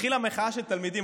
התחילה מחאה של תלמידים,